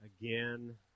again